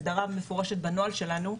יש הגדרה מפורשת בנוהל שלנו,